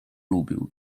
lubił